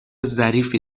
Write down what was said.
ظریفی